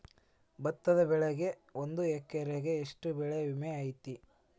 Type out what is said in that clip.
ಭತ್ತದ ಬೆಳಿಗೆ ಒಂದು ಎಕರೆಗೆ ಎಷ್ಟ ಬೆಳೆ ವಿಮೆ ಐತಿ?